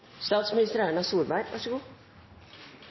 statsminister. Erna Solberg har ordet, vær så god.